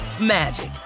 magic